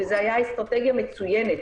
וזאת הייתה אסטרטגיה מצוינת,